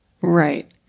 Right